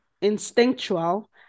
instinctual